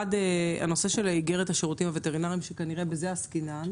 הנושא של איגרת השירותים הווטרינריים שכנראה בזה עסקינן,